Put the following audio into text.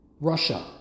Russia